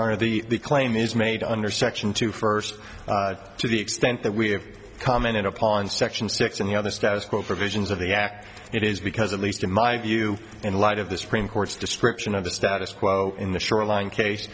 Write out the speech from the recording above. honor the claim is made under section two first to the extent that we have commented upon section six and the other status quo provisions of the act it is because at least in my view in light of this cream court's description of the status quo in the shoreline case